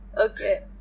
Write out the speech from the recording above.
Okay